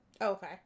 Okay